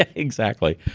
ah exactly.